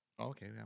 Okay